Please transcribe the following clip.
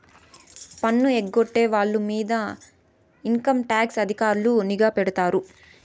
పన్ను ఎగ్గొట్టే వాళ్ళ మీద ఇన్కంటాక్స్ అధికారులు నిఘా పెడతారు